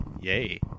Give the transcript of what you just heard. Yay